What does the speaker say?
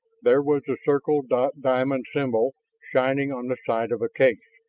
there was the circle-dot-diamond symbol shining on the side of a case.